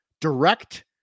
direct